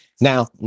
Now